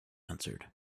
answered